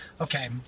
okay